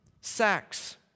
sex